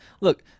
look